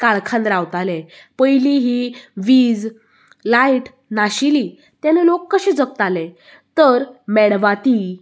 काळखान रावतालें पयली ही वीज लायट नाशिली तेन्ना लोक कशी जगताले तर मेणवाती